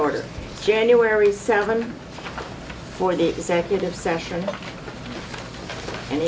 order january seventh for the executive session an